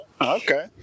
Okay